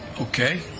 okay